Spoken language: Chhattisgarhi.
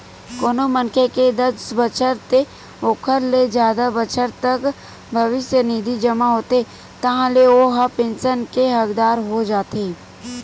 कोनो मनखे के दस बछर ते ओखर ले जादा बछर तक भविस्य निधि जमा होथे ताहाँले ओ ह पेंसन के हकदार हो जाथे